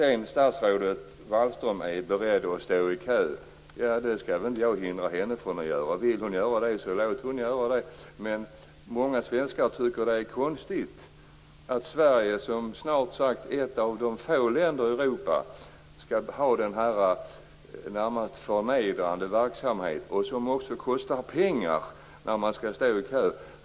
Om statsrådet Wallström är beredd att stå i kö skall jag inte hindra henne från att göra det. Men många svenskar tycker att det är konstigt att Sverige, som snart sagt ett av få länder i Europa, skall ha denna närmast förnedrande verksamhet. Det kostar också pengar att stå i kö.